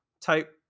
type